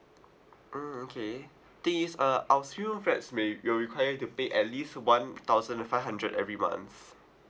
mm okay I think it's uh our single room flats may will require you to pay at least one thousand five hundred every month